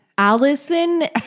Allison